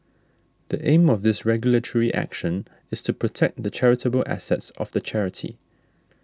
the aim of this regulatory action is to protect the charitable assets of the charity